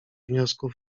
wniosków